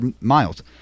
miles